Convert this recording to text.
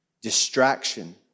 distraction